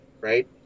Right